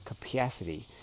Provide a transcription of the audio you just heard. capacity